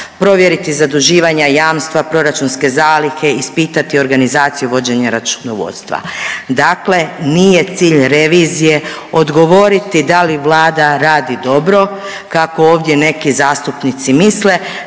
provjeriti zaduživanja, jamstva, proračunske zalihe, ispitati organizaciju vođenja računovodstva. Dakle, nije cilj revizije odgovoriti da li Vlada radi dobro kako ovdje neki zastupnici misle,